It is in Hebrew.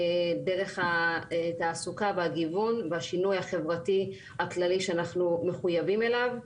דרך התעסוקה והגיוון והשינוי החברתי הכללי שאנחנו מחויבים אליו,